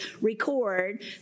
record